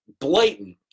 Blatant